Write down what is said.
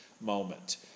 moment